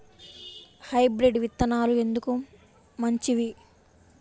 Hybrid విత్తనాలు ఎందుకు మంచివి?